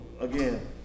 again